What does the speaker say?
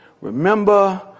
remember